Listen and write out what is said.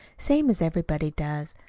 same as everybody does.